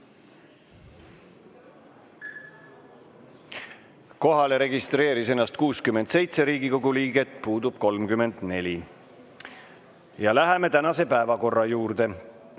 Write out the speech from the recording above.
Kohalolijaks registreeris ennast 67 Riigikogu liiget, puudub 34. Läheme tänase päevakorra juurde.